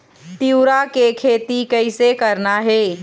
तिऊरा के खेती कइसे करना हे?